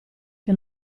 che